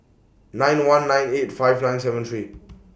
nine one nine eight five nine seven three